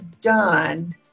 done